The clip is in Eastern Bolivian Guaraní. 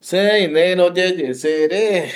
Sei neiro yeye se re,